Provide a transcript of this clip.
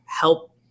help